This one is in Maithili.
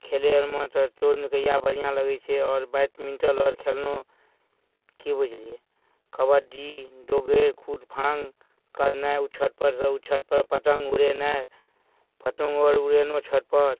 खेलै आओरमे तऽ चोर नुकैआ बढ़िआँ लगै छै आओर बैडमिन्टन आओर खेललहुँ कि बुझलिए कबड्डी डोगे कूदफान करनाइ ओ छतपरसँ ओ छतपर पतङ्ग उड़ेनाइ पतङ्गो आओर उड़ेलहुँ छतपर